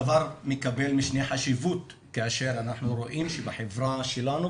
הדבר מקבל משנה חשיבות כאשר אנחנו רואים שבחברה שלנו,